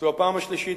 זו הפעם השלישית,